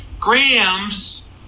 grams